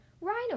Rhino